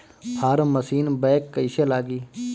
Form machine bank कईसे लागी?